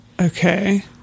Okay